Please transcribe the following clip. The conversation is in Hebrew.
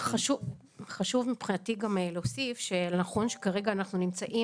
חשוב מבחינתי גם להוסיף שנכון שכרגע אנחנו נמצאים